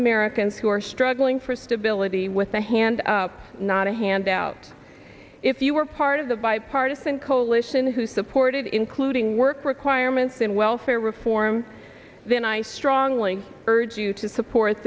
americans who are struggling for stability with a hand up not a handout if you were part of the bipartisan coalition who supported including work requirements in welfare reform then i strongly urge you to support